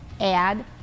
add